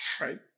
right